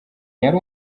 yari